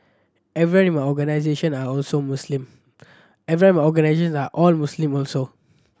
everyone in my organisation are also Muslim everyone my organisation are all Muslim also